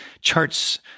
charts